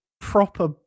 proper